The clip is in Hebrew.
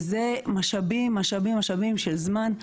וזה משאבים, משאבים, משאבים של זמן.